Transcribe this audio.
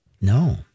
No